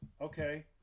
Okay